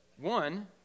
one